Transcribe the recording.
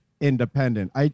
independent